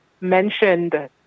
mentioned